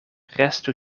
restu